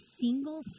single